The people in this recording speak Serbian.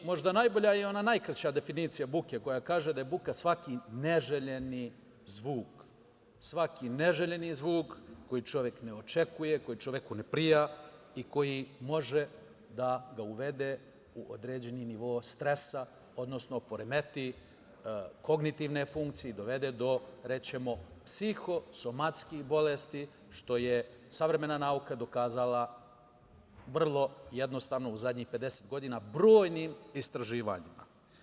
Možda najbolja ili ona najkraća definicija koja kaže da je buka svaki neželjeni zvuk, svaki neželjeni zvuk koji čovek očekuje, koji čoveku ne prija i koji može da ga uvede u određeni nivo stresa, odnosno poremeti kognitivne funkcije i dovede do psihosomatskih bolesti, što je savremena nauka dokazala vrlo jednostavno u zadnjih pedeset godina, brojnim istraživanjima.